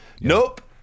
Nope